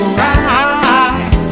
right